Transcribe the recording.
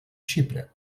xipre